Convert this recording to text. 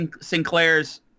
Sinclair's